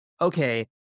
okay